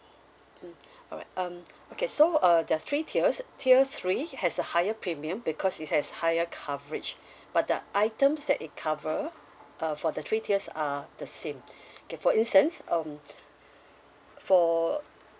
mm alright um okay so uh there are three tiers tier three has a higher premium because it has higher coverage but the items that it cover uh for the three tiers are the same K for instance um for